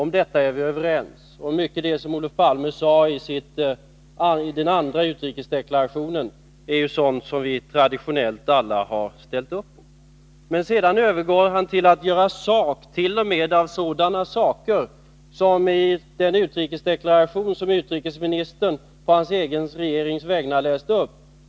Om detta är vi överens, och mycket som Olof Palme sade i den andra utrikesdeklarationen är sådant som vi alla traditionellt har ställt upp bakom. Men sedan övergår Olof Palme till att göra sak t.o.m. av vissa ting i den utrikesdeklaration som utrikesministern på hans egen regerings vägnar har läst upp.